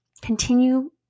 Continue